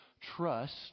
trust